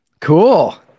Cool